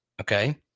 Okay